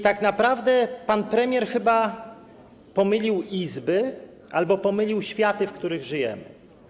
Tak naprawdę pan premier chyba pomylił izby albo pomylił światy, w których żyjemy.